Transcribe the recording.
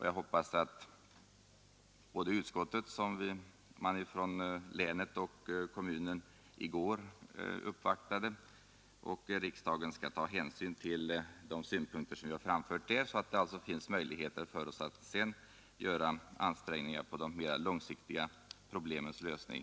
Jag hoppas att både utskottet, som man från länet och kommunen uppvaktade i går, och riksdagen skall ta hänsyn till de synpunkter som vi framfört i motionen, så att det alltså finns möjligheter för oss att sedan göra ansträngningar för de mera långsiktiga problemens lösning.